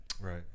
Right